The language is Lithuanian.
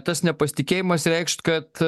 tas nepasitikėjimas reikš kad